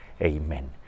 amen